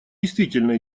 действительно